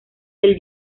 del